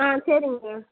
ஆ சரிங்க